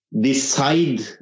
decide